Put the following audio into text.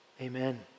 amen